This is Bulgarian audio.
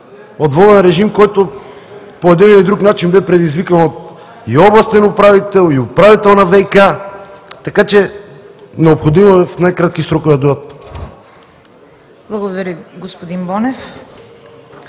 от водния режим, който по един или друг начин бе предизвикан и от областен управител, и от управител на „ВиК“, така че е необходимо в най-кратки срокове да дойдат.